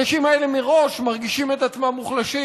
האנשים האלה מראש מרגישים את עצמם מוחלשים,